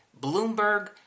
Bloomberg